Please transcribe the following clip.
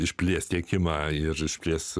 išplės tiekimą ir iškvies